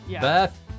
Beth